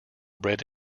bred